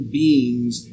beings